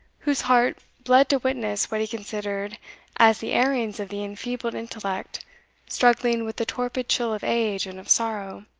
whose heart bled to witness what he considered as the errings of the enfeebled intellect struggling with the torpid chill of age and of sorrow,